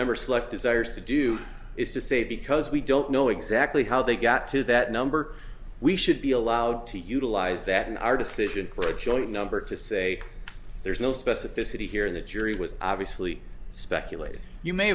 members like desires to do is to say because we don't know exactly how they got to that number we should be allowed to utilize that in our decision for a joint number to say there's no specificity here in the jury was obviously speculated you may